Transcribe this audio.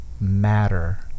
matter